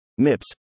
MIPS